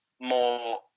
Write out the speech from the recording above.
more